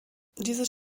dieses